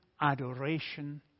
adoration